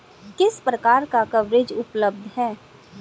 किस प्रकार का कवरेज उपलब्ध है?